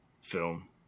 film